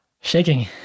shaking